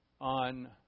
on